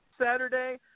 Saturday